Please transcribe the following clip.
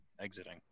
exiting